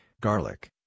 garlic